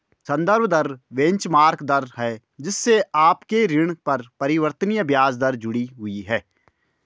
संदर्भ दर बेंचमार्क दर है जिससे आपके ऋण पर परिवर्तनीय ब्याज दर जुड़ी हुई है